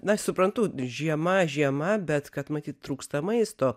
na suprantu žiema žiema bet kad matyt trūksta maisto